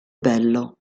bello